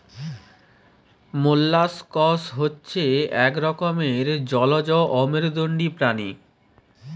molluscs হচ্ছে এক রকমের জলজ অমেরুদন্ডী প্রাণী